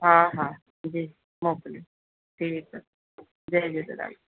हा हा जी मोकिलियो ठीकु आहे जय झूलेलाल